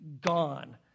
gone